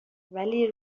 ولی